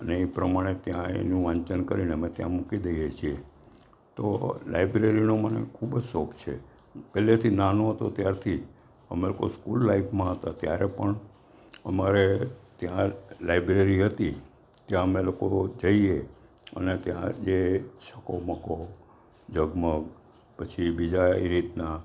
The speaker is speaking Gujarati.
અને ઈ પ્રમાણે ત્યાં એનું વાંચન કરીને અમે ત્યાં મૂકી દઈએ છીએ તો લાઇબ્રેરીનો મને ખૂબ જ શોખ છે પહેલેથી નાનો હતો ત્યારથી જ અમે લોકો સ્કૂલ લાઈફમાં હતા ત્યારે પણ અમારે ત્યાં લાઇબ્રેરી હતી ત્યાં અમે લોકો જઈએ અને ત્યાં જે છકોમકો ઝગમગ પછી બીજા ઈ રીતના